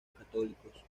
católicos